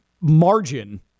margin